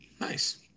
Nice